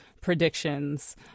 predictions